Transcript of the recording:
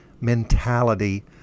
mentality